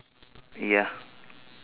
ya